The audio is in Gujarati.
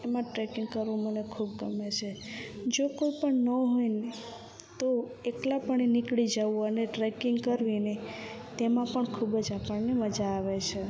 એમાં ટ્રેકિંગ કરવું મને ખૂબ ગમે છે જો કોઈપણ ન હોય ને તો એકલા પણ નીકળી જાઉં અને ટ્રેકિંગ કરવી ને તેમાં પણ ખૂબ જ આપણને મજા આવે છે